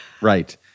Right